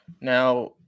Now